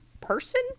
person